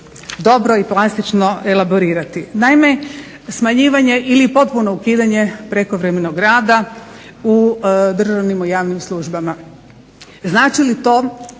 dobro i plastično elaborirati. Naime, smanjivanje ili potpuno ukidanje prekovremenog rada u državnim i javnim službama. Znači li to